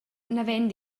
naven